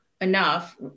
enough